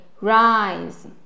rise